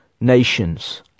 nations